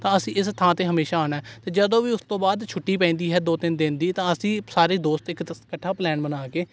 ਤਾਂ ਅਸੀਂ ਇਸ ਥਾਂ 'ਤੇ ਹਮੇਸ਼ਾ ਆਉਣਾ ਅਤੇ ਜਦੋਂ ਵੀ ਉਸ ਤੋਂ ਬਾਅਦ ਛੁੱਟੀ ਪੈਂਦੀ ਹੈ ਦੋ ਤਿੰਨ ਦਿਨ ਦੀ ਤਾਂ ਅਸੀਂ ਸਾਰੇ ਦੋਸਤ ਇੱਕ ਸਤ ਇੱਕੱਠਾ ਪਲਾਨ ਬਣਾ ਕੇ